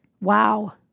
Wow